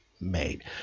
made